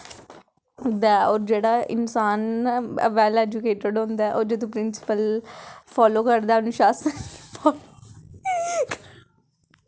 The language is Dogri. सकदा ओह् होर जेह्ड़ा इंसान वैल्ल ऐजुकेटिड़ होंदा ऐ ओह् जदूं प्रिंसिपल फालो करदा अनुशासन